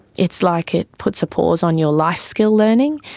it's like it puts a pause on your life skill learning.